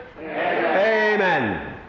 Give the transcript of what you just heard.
amen